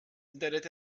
internet